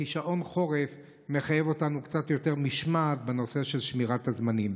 כי שעון חורף מחייב אותנו בקצת יותר משמעת בנושא של שמירת הזמנים.